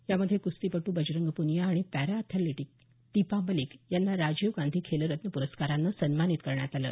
यामध्ये कुस्तीपट्र बजरंग पूनिया आणि पॅरा अॅथलिट दिपा मलिक यांना राजीव गांधी खेलरत्न प्रस्कारानं सन्मानित करण्यात आलं